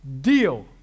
deal